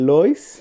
Lois